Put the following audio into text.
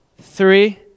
three